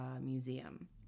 Museum